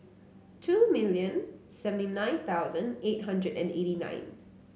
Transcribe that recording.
two million seventy nine thousand eight hundred and eighty nine